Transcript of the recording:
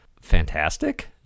Fantastic